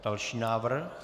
Další návrh.